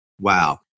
wow